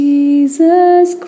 Jesus